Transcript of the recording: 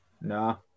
No